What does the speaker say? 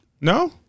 No